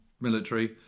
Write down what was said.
military